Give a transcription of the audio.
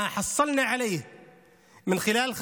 מה שהשגנו דרך 550,